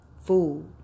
food